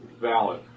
valid